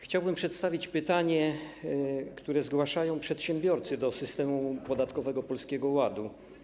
Chciałbym przedstawić pytanie, które zgłaszają przedsiębiorcy do systemu podatkowego Polskiego Ładu: